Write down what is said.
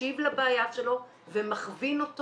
מקשיב לבעיה שלו ומכווין אותו